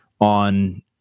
on